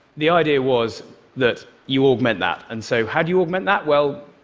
the idea was that you augment that. and so, how do you augment that? well,